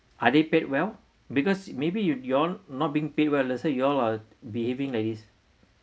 are they paid well because maybe you you're not being paid well let's say you all are behaving like this